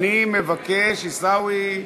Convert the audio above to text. אני מבקש, עיסאווי.